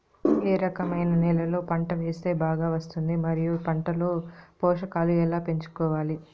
ఏ రకమైన నేలలో పంట వేస్తే బాగా వస్తుంది? మరియు పంట లో పోషకాలు ఎలా పెంచుకోవాలి?